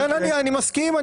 אני מסכים.